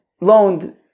loaned